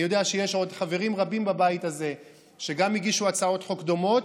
אני יודע שיש עוד חברים רבים בבית הזה שגם הגישו הצעות חוק דומות.